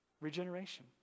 Regeneration